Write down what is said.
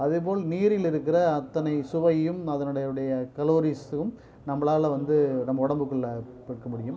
அதேப்போல் நீரில் இருக்கிற அத்தனை சுவையும் அதனுடைய உடைய கலோரிஸும் நம்பளால் வந்து நம்ம உடம்புக்குள்ள பெருக்க முடியும்